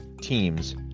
teams